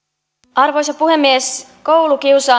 arvoisa puhemies koulukiusaaminen